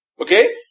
Okay